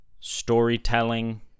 storytelling